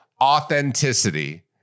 authenticity